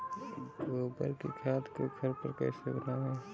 गोबर की खाद को घर पर कैसे बनाएँ?